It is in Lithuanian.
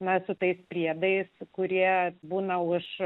net su tais priedais kurie būna už